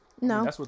No